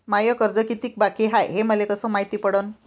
माय कर्ज कितीक बाकी हाय, हे मले कस मायती पडन?